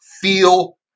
feel